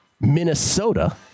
Minnesota